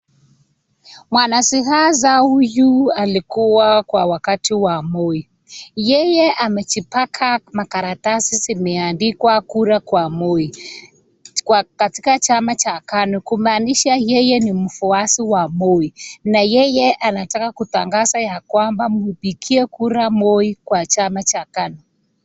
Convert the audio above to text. Mwanasiasa huyu alikuwa kwa wakati wa Moi ,yeye amejipaka makaratasi zimeandikwa kura kwa Moi katika chama cha KANU , kumaanisha yeye ni mfuasi wa Moi na yeye anataka kutangaza ya kwamba mpigie kura Moi kwa chama cha KANU.